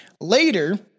Later